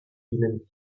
ihnen